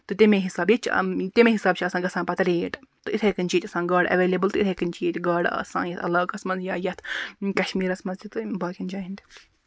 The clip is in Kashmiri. تہٕ تَمے حِسابہٕ ییٚتہِ چھُ تَمے حِسابہٕ چھُ آسان گژھان ییٚتہِ ریٹ تہٕ یِتھٕے کٔنۍ چھِ ییٚتہِ آسان گاڈ ایٚولیبٕل تہٕ یِتھٕے کٔنۍ چھِ ییٚتہِ گاڈٕ آسان یَتھ علاقَس منٛز یا یَتھ کَشمیٖرَس منٛز تہِ تہٕ باقین جاین تہٕ